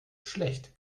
schlecht